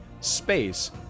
space